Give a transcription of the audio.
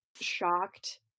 shocked